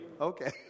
Okay